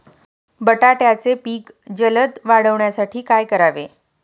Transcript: बटाट्याचे पीक जलद वाढवण्यासाठी काय करावे?